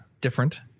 different